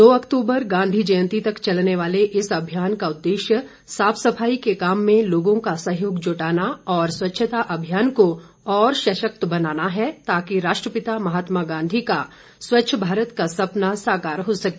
दो अक्तूबर गांधी जयंती तक चलने वाले इस अभियान का उद्देश्य साफ सफाई के काम में लोगों का सहयोग जुटाना और स्वच्छता अभियान को और सशक्त बनाना है ताकि राष्ट्रपिता महात्मा गांधी का स्वच्छ भारत का सपना साकार हो सके